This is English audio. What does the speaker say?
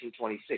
1926